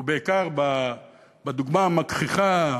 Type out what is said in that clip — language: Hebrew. ובעיקר בדוגמה המגחיכה,